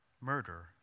murder